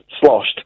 sloshed